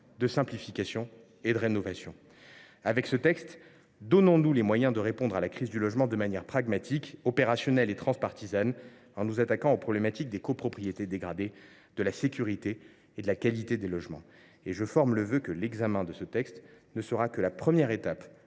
de simplification et de rénovation encore plus performant. Avec ce texte, donnons nous les moyens de répondre à la crise du logement de manière pragmatique, opérationnelle et transpartisane, en nous attaquant aux problématiques des copropriétés dégradées, de la sécurité et de la qualité des logements. Enfin, je forme le vœu que ce texte ne soit que la première étape